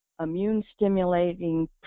immune-stimulating